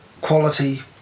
Quality